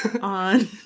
on